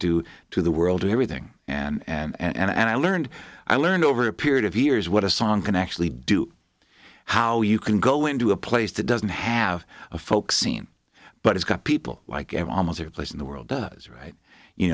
due to the world everything and i learned i learned over a period of years what a song can actually do how you can go into a place that doesn't have a folk scene but it's got people like at almost every place in the world does right you